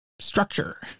structure